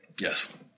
Yes